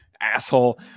Asshole